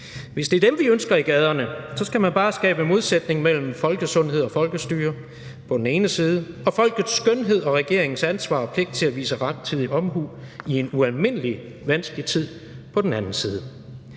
Hvis det er dem, vi ønsker i gaderne, skal man bare skabe modsætning mellem folkesundhed og folkestyre på den ene side og folkets skønhed og regeringens ansvar og pligt til at vise rettidig omhu i en ualmindelig vanskelig tid på den anden side.